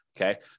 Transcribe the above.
Okay